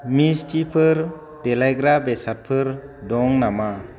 मिस्टिफोर देलायग्रा बेसादफोर दं नामा